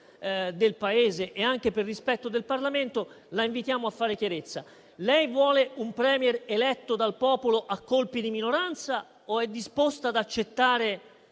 del Paese e anche per rispetto del Parlamento, la invitiamo a fare chiarezza. Lei vuole un *Premier* eletto dal popolo a colpi di minoranza o è disposta ad accettare